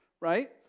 Right